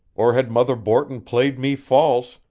or had mother borton played me false,